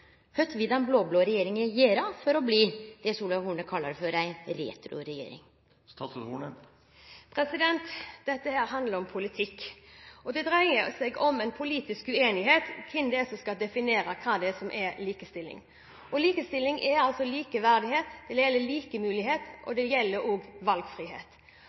den blå-blå regjeringa gjere for å bli det Solveig Horne kallar for ei retro-regjering? Dette handler om politikk, og det dreier seg om en politisk uenighet – om hvem det er som skal definere hva som er likestilling. Likestilling er likeverdighet, eller likemulighet, og det gjelder også valgfrihet. Ved å si at mer fleksibilitet og større valgfrihet